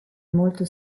molto